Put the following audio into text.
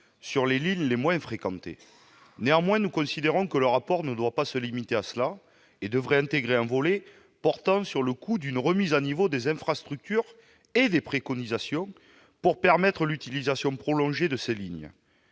sur les lignes les moins fréquentées. Néanmoins, le rapport ne doit pas se limiter à cela, selon nous. Il devrait intégrer un volet portant sur le coût d'une remise à niveau des infrastructures et des préconisations pour permettre l'utilisation prolongée de ces lignes.